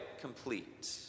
complete